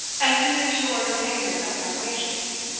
as soon as you order payment of my wages.